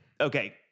okay